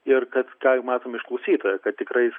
ir kad ką jau matome iš klausytojo kad tikrai